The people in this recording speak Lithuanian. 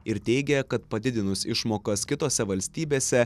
ir teigia kad padidinus išmokas kitose valstybėse